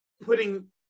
putting